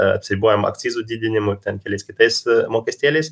atsiribojom akcizų didinimu ten keliais kitais mokestėliais